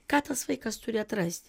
ką tas vaikas turi atrasti